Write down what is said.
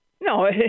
No